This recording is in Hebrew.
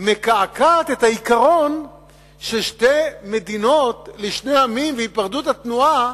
מקעקעת את העיקרון של שתי מדינות לשני עמים והיפרדות התנועה